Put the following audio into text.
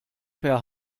per